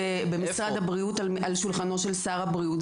במשרד הבריאות על שולחנו של שר הבריאות,